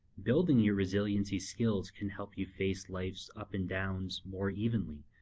building your resiliency skills can help you face life's ups and downs more evenly,